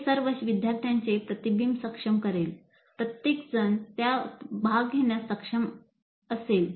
हे सर्व विद्यार्थ्यांचे प्रतिबिंब सक्षम करेल प्रत्येकजण त्यात भाग घेण्यास सक्षम असेल